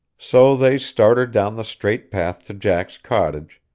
so they started down the straight path to jack's cottage,